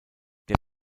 der